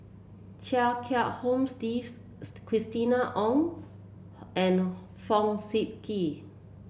Chia Kiah Hong Steve Christina Ong and Fong Sip Chee